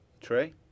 Trey